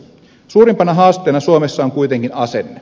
suurimpana haasteena suomessa on kuitenkin asenne